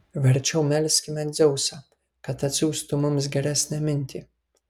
verčiau melskime dzeusą kad atsiųstų mums geresnę mintį